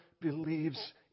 believes